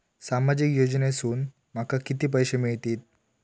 सामाजिक योजनेसून माका किती पैशे मिळतीत?